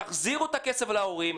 תחזירו את הכסף להורים,